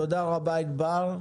תודה רבה, ענבר.